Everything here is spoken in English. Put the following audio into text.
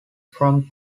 from